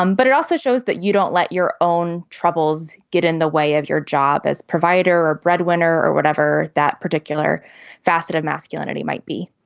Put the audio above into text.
um but it also shows that you don't let your own troubles get in the way of your job as provider or breadwinner or whatever that particular facet of masculinity might be.